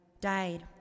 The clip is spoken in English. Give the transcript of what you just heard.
died